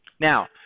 Now